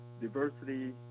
diversity